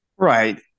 Right